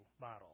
model